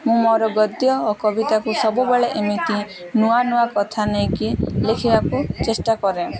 ମୁଁ ମୋର ଗଦ୍ୟ ଓ କବିତାକୁ ସବୁବେଳେ ଏମିତି ନୂଆ ନୂଆ କଥା ନେଇକି ଲେଖିବାକୁ ଚେଷ୍ଟା କରେ